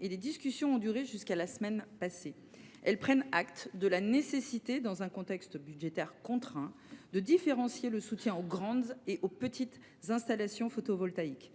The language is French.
Ces discussions, qui ont duré jusqu’à la semaine dernière, ont permis de prendre acte de la nécessité, dans un contexte budgétaire contraint, de différencier le soutien aux grandes et aux petites installations photovoltaïques.